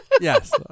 Yes